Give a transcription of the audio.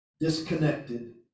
disconnected